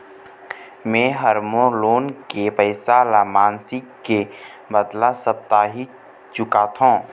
में ह मोर लोन के पैसा ला मासिक के बदला साप्ताहिक चुकाथों